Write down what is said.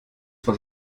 was